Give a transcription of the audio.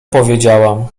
powiedziałam